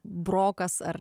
brokas ar